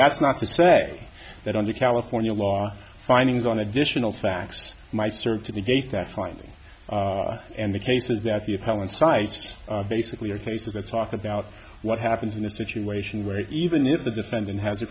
that's not to say that under california law findings on additional facts might serve to negate that finding and the cases that the appellant cites basically are cases i talk about what happens in a situation where even if the defendant has